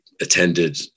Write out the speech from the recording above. attended